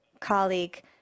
colleague